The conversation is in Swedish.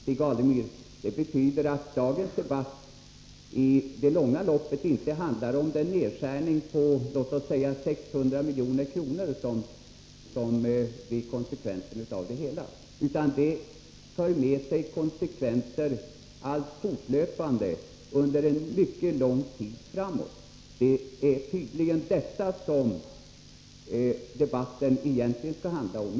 Det betyder, Stig Alemyr, att dagens debatt i det långa loppet inte handlar om den nedskärning på låt oss säga 600 milj.kr. som blir resultatet av det nu aktuella förslaget, utan om de fortlöpande konsekvenser som detta för med sig under mycket lång tid framåt. Det är tydligen detta som debatten i dag egentligen skulle handla om.